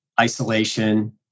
isolation